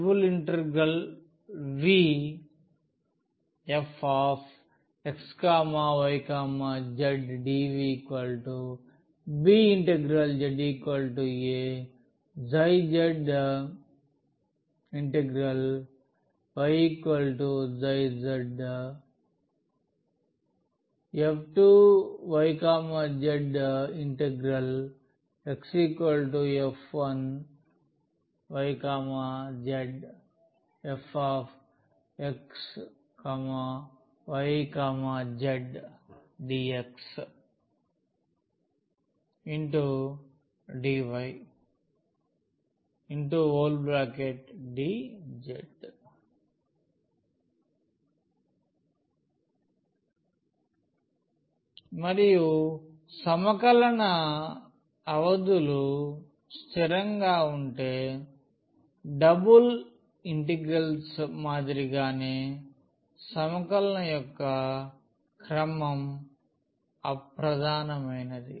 VfxyzdVzaby1z2zxf1yzf2yzfxyzdxdydz చూడండి slide సమయం 0909 మరియు సమకలన అవధులు స్థిరంగా ఉంటే డబుల్ ఇంటిగ్రల్స్ మాదిరిగానే సమకలన యొక్క క్రమం అప్రధాన మైనది